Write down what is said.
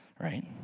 Right